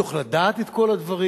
מתוך לדעת את כל הדברים,